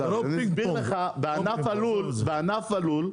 בענף הלול,